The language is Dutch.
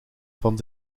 van